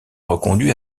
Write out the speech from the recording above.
reconduit